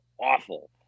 awful